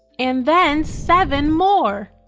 and then seven more!